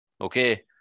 Okay